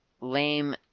LAME